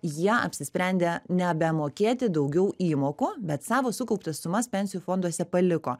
jie apsisprendė nebemokėti daugiau įmokų bet savo sukauptas sumas pensijų fonduose paliko